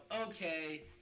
okay